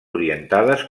orientades